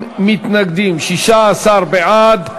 30 מתנגדים, 16 בעד.